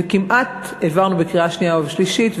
וכמעט העברנו בקריאה שנייה ובשלישית,